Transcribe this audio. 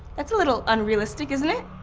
that's a little unrealistic, isn't it?